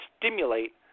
stimulate